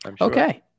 Okay